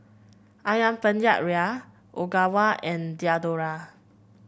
ayam Penyet Ria Ogawa and Diadora